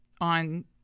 on